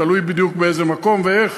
תלוי באיזה מקום בדיוק ואיך,